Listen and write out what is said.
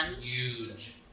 Huge